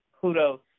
kudos